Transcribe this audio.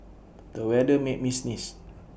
the weather made me sneeze